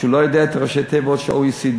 שהוא לא יודע את ראשי התיבות של ה-OECD.